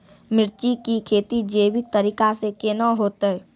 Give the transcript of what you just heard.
मिर्ची की खेती जैविक तरीका से के ना होते?